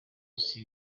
isi